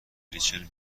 ریچل